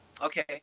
Okay